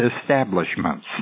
establishments